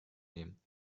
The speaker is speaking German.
nehmen